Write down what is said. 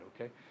Okay